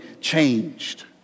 changed